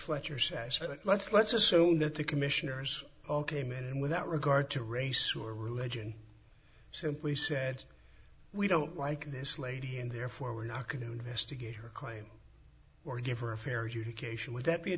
and let's let's assume that the commissioners all came in and without regard to race who or religion simply said we don't like this lady and therefore we're not going to investigate her claim or give her a fair you cation would that be a